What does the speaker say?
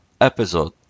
episode